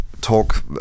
talk